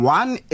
one